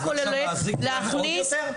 כוללת להכניס --- אז עכשיו להזיק לנו עוד יותר?